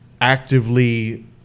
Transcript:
actively